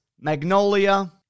Magnolia